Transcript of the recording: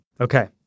Okay